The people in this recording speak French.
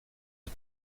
aux